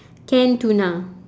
canned tuna